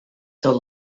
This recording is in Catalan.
tot